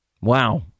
Wow